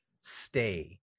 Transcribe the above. stay